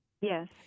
Yes